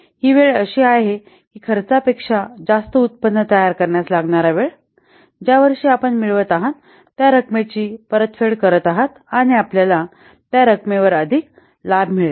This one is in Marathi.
ही वेळ अशी आहे की खर्चापेक्षा जास्त उत्पन्न तयार करण्यास लागणारा वेळ ज्या वर्षी आपण मिळवत आहात त्या रकमेची परतफेड करत आहात आणि आपल्याला त्या रकमेवर अधिक लाभ मिळेल